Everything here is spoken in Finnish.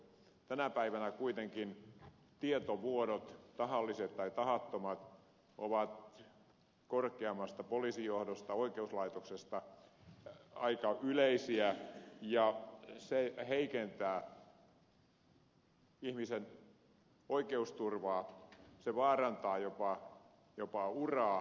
tänä päivänä kuitenkin tietovuodot tahalliset tai tahattomat ovat korkeimmasta poliisijohdosta ja oikeuslaitoksesta aika yleisiä ja se heikentää ihmisen oikeusturvaa se vaarantaa jopa uraa